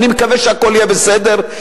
אני מקווה שהכול יהיה בסדר,